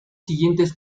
siguientes